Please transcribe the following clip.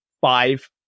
five